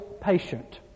patient